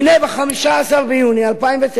הנה, ב-15 ביוני 2009,